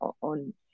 on